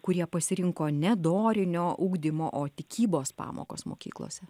kurie pasirinko ne dorinio ugdymo o tikybos pamokos mokyklose